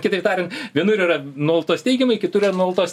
kitaip tariant vienur yra nuolatos teigiamai kitur yra nuolatos